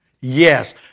yes